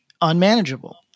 unmanageable